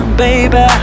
baby